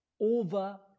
over